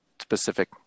specific